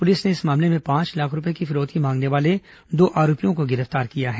police ने इस मामले में पांच लाख रूपए की फिरौती मांगने वाले दो आरोपियों को गिरफ्तार किया है